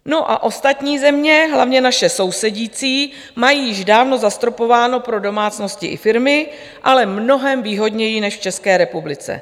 No a ostatní země, hlavně naše sousedící, mají již dávno zastropováno pro domácnosti i firmy, ale mnohem výhodněji než v České republice.